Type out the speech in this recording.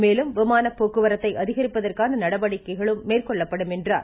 மேலும் விமான போக்குவரத்தை அதிகரிப்பதற்கான நடவடிக்கைகளும் மேற்கொள்ளப்படும் என்றார்